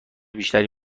بیشتری